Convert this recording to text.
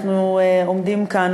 אנחנו עומדים כאן,